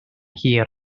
hir